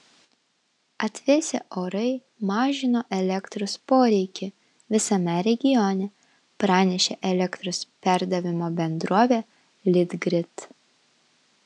atvėsę orai mažino elektros poreikį visame regione pranešė elektros perdavimo bendrovė litgrid